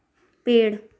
पेड़